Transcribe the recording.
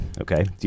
okay